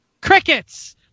crickets